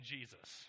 Jesus